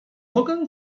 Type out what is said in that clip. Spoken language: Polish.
mogę